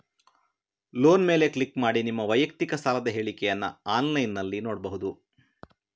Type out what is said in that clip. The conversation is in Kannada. ಲೋನ್ ಮೇಲೆ ಕ್ಲಿಕ್ ಮಾಡಿ ನಿಮ್ಮ ವೈಯಕ್ತಿಕ ಸಾಲದ ಹೇಳಿಕೆಯನ್ನ ಆನ್ಲೈನಿನಲ್ಲಿ ನೋಡ್ಬಹುದು